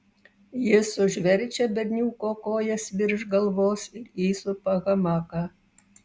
jis užverčia berniuko kojas virš galvos ir įsupa hamaką